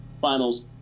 Finals